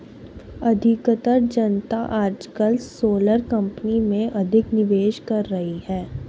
अधिकतर जनता आजकल सोलर कंपनी में अधिक निवेश कर रही है